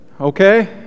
okay